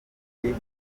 bicwa